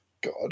God